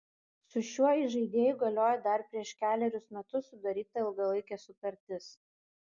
su šiuo įžaidėju galioja dar prieš kelerius metus sudaryta ilgalaikė sutartis